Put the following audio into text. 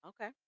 Okay